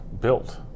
built